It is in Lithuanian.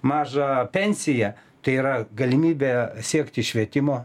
mažą pensiją tai yra galimybė siekti švietimo